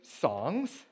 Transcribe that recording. songs